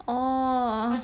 oh